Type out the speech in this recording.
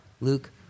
Luke